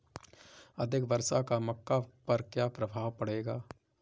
अधिक वर्षा का मक्का पर क्या प्रभाव पड़ेगा?